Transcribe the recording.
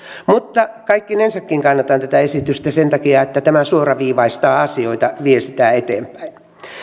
mutta kaikkinensakin kannatan tätä esitystä sen takia että tämä suoraviivaistaa asioita vie niitä eteenpäin